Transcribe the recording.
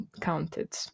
counted